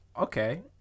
okay